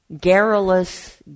garrulous